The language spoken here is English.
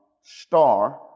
star